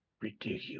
ridiculous